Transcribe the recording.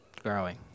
growing